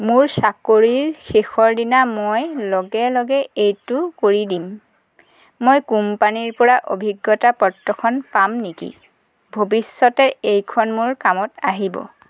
মোৰ চাকৰিৰ শেষৰ দিনা মই লগে লগে এইটো কৰি দিম মই কোম্পানীৰ পৰা অভিজ্ঞতা পত্ৰখন পাম নেকি ভৱিষ্যতে এইখন মোৰ কামত আহিব